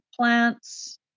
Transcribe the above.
plants